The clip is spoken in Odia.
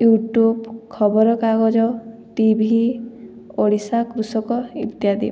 ୟୁଟ୍ୟୁବ ଖବରକାଗଜ ଟି ଭି ଓଡ଼ିଶା କୃଷକ ଇତ୍ୟାଦି